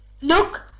look